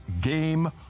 Game